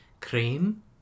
cream